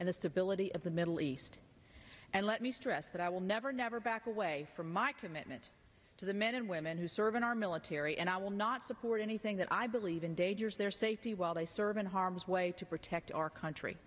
and the stability of the middle east and let me stress that i will never never back away from my commitment to the men and women who serve in our military and i will not support anything that i believe in dangers their safety while they serve in harm's way to protect our country